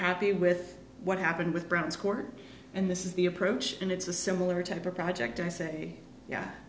happy with what happened with brown's court and this is the approach and it's a similar type of project i say